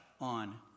on